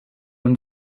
own